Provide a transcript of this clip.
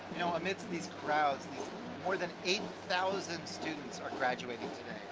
you know amidst these crowds, these more than eight thousand students are graduating